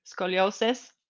scoliosis